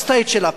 עשתה את שלה,